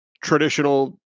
traditional